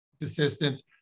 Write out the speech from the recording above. assistance